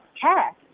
care